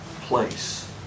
place